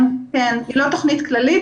היא לא תוכנית כללית,